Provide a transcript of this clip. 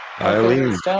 Eileen